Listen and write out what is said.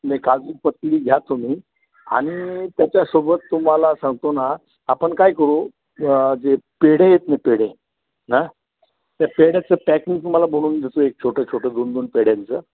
नाही काजूकतली घ्या तुम्ही आणि त्याच्यासोबत तुम्हाला सांगतो ना आपण काय करू जे पेढे आहेत न पेढे हां त्या पेढ्याचं पॅकिंग तुम्हाला बनवून देतो एक छोटं छोटं दोन दोन पेढ्यांचं